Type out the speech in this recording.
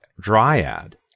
Dryad